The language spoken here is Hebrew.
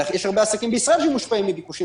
יש הרבה עסקים בישראל שמושפעים מביקושים